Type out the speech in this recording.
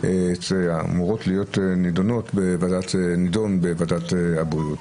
אמור להיות נידון בוועדת הבריאות.